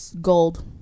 Gold